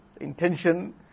Intention